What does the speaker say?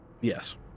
Yes